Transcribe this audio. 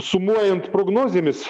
sumuojant prognozėmis